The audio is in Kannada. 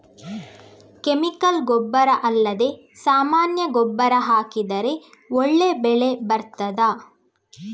ಕೆಮಿಕಲ್ ಗೊಬ್ಬರ ಅಲ್ಲದೆ ಸಾಮಾನ್ಯ ಗೊಬ್ಬರ ಹಾಕಿದರೆ ಒಳ್ಳೆ ಬೆಳೆ ಬರ್ತದಾ?